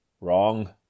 Wrong